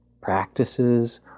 practices